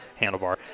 handlebar